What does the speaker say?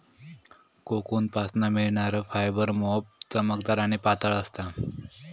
कोकूनपासना मिळणार फायबर मोप चमकदार आणि पातळ असता